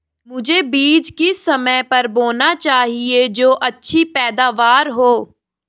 मुझे बीज किस समय पर बोना चाहिए जो अच्छी पैदावार हो?